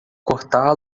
cortá